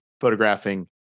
photographing